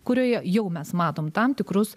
kurioje jau mes matom tam tikrus